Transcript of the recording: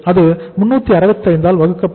அது 365 ஆல் வகுக்கப்படும்